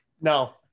No